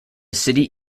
city